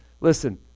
listen